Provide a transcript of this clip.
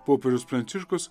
popiežius pranciškus